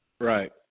right